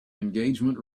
engagement